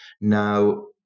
Now